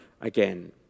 again